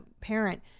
parent